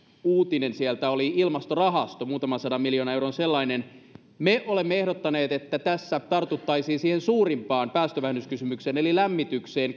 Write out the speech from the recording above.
uutinen sieltä oli ilmastorahasto muutaman sadan miljoonan euron sellainen me olemme ehdottaneet että tässä tartuttaisiin kädenojennuksella siihen suurimpaan päästövähennyskysymykseen eli lämmitykseen